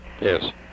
yes